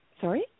Sorry